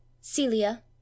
Celia